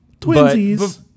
Twinsies